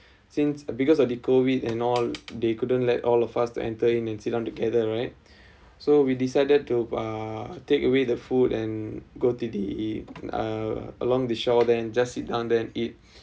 since because of the COVID and all they couldn't let all of us to enter in and sit down together right so we decided to uh take away the food and go to the uh along the shore then just sit down there and eat